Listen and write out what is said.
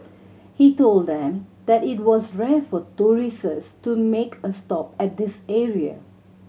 he told them that it was rare for to make a stop at this area